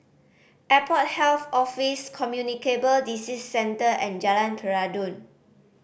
Airport Health Office Communicable Disease Centre and Jalan Peradun